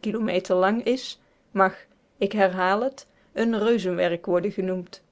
kilometer lang is mag ik herhaal het een reuzenwerk worden genoemd